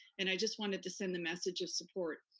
and i just wanted to send a message of support,